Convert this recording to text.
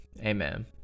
Amen